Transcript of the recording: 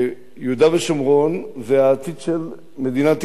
יהודה ושומרון זה העתיד של מדינת ישראל.